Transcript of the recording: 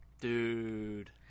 dude